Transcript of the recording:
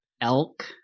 elk